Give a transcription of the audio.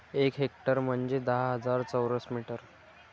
एक हेक्टर म्हंजे दहा हजार चौरस मीटर